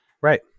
Right